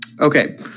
Okay